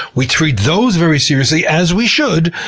we treat those very seriously, as we should,